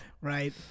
Right